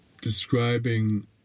describing